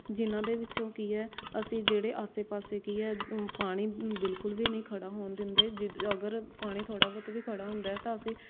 ਜਿਹਨਾਂ ਦੇ ਵਿੱਚੋਂ ਕੀ ਹੈ ਅਸੀਂ ਜਿਹੜੇ ਆਸੇ ਪਾਸੇ ਕੀ ਹੈ ਪਾਣੀ ਬਿਲਕੁਲ ਵੀ ਨਹੀਂ ਖੜ੍ਹਾ ਹੋਣ ਦਿੰਦੇ ਜਿਦ ਅਗਰ ਪਾਣੀ ਥੋੜ੍ਹਾ ਬਹੁਤ ਵੀ ਖੜ੍ਹਾ ਹੁੰਦਾ ਹੈ ਤਾਂ ਅਸੀਂ